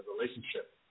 relationship